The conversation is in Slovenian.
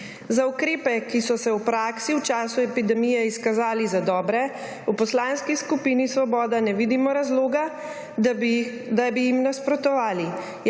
Za ukrepe, ki so se v praksi v času epidemije izkazali za dobre, v Poslanski skupini Svoboda ne vidimo razloga, da bi jim nasprotovali.